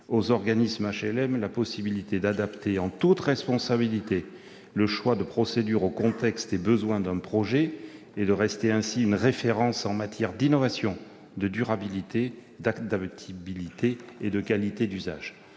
aux organismes d'HLM la possibilité d'adapter, en toute responsabilité, le choix de procédure au contexte et aux besoins d'un projet et de rester ainsi une référence en matière d'innovation, de durabilité, d'adaptabilité et de qualité d'usage.